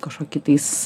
kažkokį tais